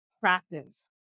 practice